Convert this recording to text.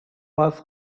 was